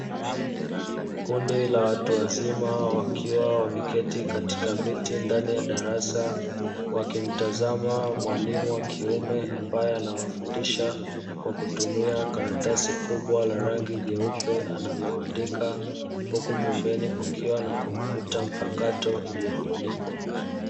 Kundi la watu wazima wakiwa wameketi katika viti ndani ya darasa, wakimtazama mwalimu wa kiume ambae anawafundisha kwa kutumia karatasi kubwa la rangi nyeupe analoandika, huku pembeni kukiwa na kompyuta mpakato iliyofunikwa.